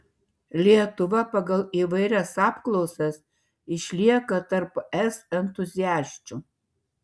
lietuva pagal įvairias apklausas išlieka tarp es entuziasčių